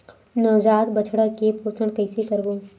नवजात बछड़ा के पोषण कइसे करबो?